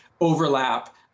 overlap